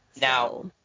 Now